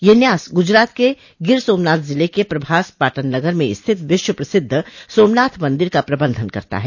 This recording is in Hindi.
यह न्यास गुजरात के गिर सोमनाथ जिले के प्रभास पाटन नगर में स्थित विश्व प्रसिद्ध सोमनाथ मंदिर का प्रबंधन करता ह